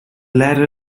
latter